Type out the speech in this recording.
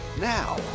now